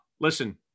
Listen